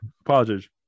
Apologies